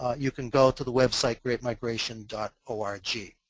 you can go to the website greatmigration dot org.